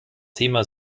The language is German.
thema